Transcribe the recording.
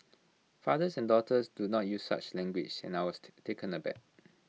fathers and daughters do not use such language and I was taken aback